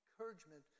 encouragement